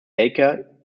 baker